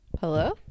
Hello